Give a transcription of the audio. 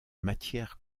matière